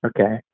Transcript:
Okay